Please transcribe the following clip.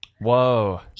Whoa